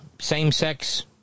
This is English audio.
same-sex